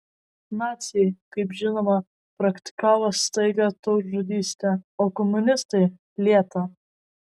naciai kaip žinoma praktikavo staigią tautžudystę o komunistai lėtą